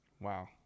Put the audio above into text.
Wow